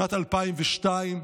שנת 2002,